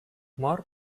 more